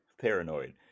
Paranoid